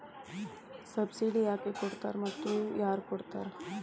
Subsidy ಯಾಕೆ ಕೊಡ್ತಾರ ಮತ್ತು ಯಾರ್ ಕೊಡ್ತಾರ್?